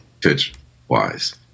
pitch-wise